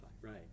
right